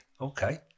Okay